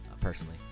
personally